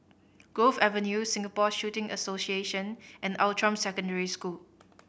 Grove Avenue Singapore Shooting Association and Outram Secondary School